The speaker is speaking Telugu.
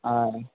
ఆయి